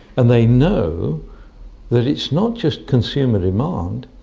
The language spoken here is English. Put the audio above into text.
and they know that it's not just consumer demand,